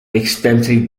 extensive